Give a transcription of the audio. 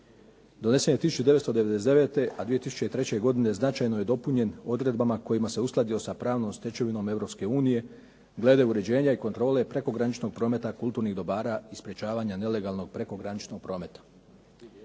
Donesen je 1999. a 2003. godine značajno je dopunjen odredbama kojima se u uskladio sa pravnom stečevinom Europske unije glede uređenja i kontrole prekograničnog prometa, kulturnih dobara i sprječavanja nelegalnog prekograničnog prometa.